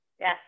Yes